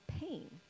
pain